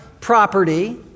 property